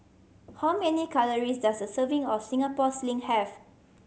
how many calories does a serving of Singapore Sling have